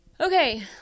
Okay